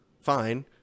Fine